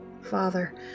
Father